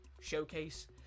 showcase